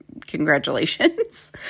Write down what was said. congratulations